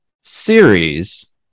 series